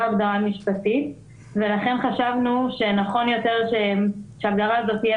הגדרה משפטית ולכן חשבנו שנכון יותר שההגדרה הזאת תהיה